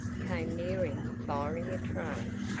came nearing firing a train.